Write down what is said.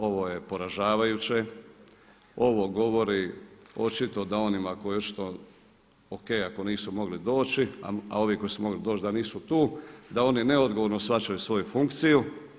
Ovo je poražavajuće, ovo govori očito da onima o.k. ako nisu mogli doći, a ovi koji su mogli doći da nisu tu, da oni neodgovorno shvaćaju svoju funkciju.